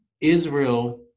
Israel